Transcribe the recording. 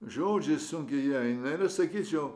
žodžiai sunkiai jie eina sakyčiau